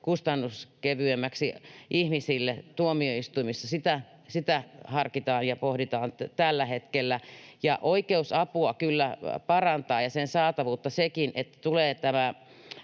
kustannus kevyemmäksi ihmisille tuomioistuimissa. Sitä harkitaan ja pohditaan tällä hetkellä. Ja oikeusapua ja sen saatavuutta kyllä parantaa sekin, että tulee